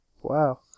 Wow